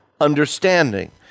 understanding